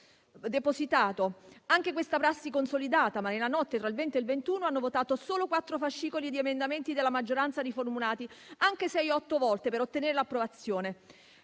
depositato. Anche questa prassi è consolidata, ma nella notte tra il 20 e il 21 dicembre hanno votato solo quattro fascicoli di emendamenti della maggioranza, riformulati anche sei o otto volte per ottenerne l'approvazione,